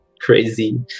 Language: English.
crazy